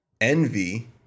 envy